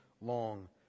long